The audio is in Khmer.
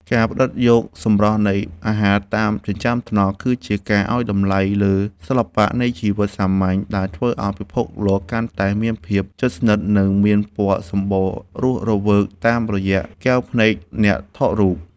ការផ្ដិតយកសម្រស់នៃអាហារតាមចិញ្ចើមថ្នល់ គឺជាការឱ្យតម្លៃលើសិល្បៈនៃជីវិតសាមញ្ញ ដែលធ្វើឱ្យពិភពលោកកាន់តែមានភាពជិតស្និទ្ធ និងមានពណ៌សម្បុររស់រវើកតាមរយៈកែវភ្នែកអ្នកថតរូប។